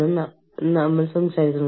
അവരുടെ സ്ഥിരം വിലാസം മാറിയേക്കാം